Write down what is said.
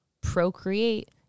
procreate